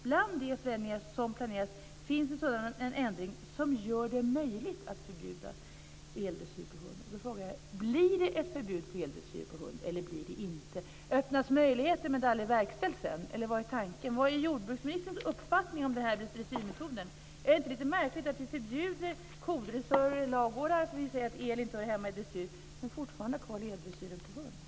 Bland de förändringar som planeras finns en sådan ändring som gör det möjligt att förbjuda eldressyr av hund." Därför vill jag fråga: Blir det ett förbud mot eldressyr av hund eller inte? Öppnas möjligheter som sedan aldrig verkställs, eller vad är tanken? Vad är jordbruksministerns uppfattning om den här dressyrmetoden? Är det inte lite märkligt att vi förbjuder kodressörer i ladugårdar, därför att vi säger att el inte hör hemma i dressyr, men fortfarande har kvar eldressyren av hund?